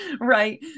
Right